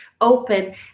open